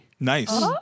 Nice